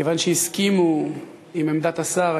כיוון שהסכימו עם עמדת השר,